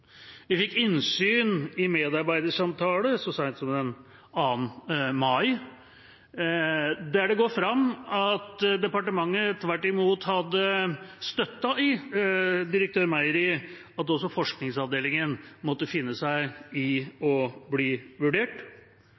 Vi fikk innsyn i medarbeidersamtaler så sent som den 2. mai 2017, der det går fram at departementet tvert imot hadde støttet direktør Meyer i at også forskningsavdelingen måtte finne seg i å bli vurdert.